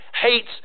hates